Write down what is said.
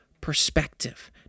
perspective